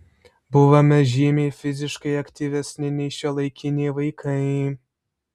buvome žymiai fiziškai aktyvesni nei šiuolaikiniai vaikai